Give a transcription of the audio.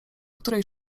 której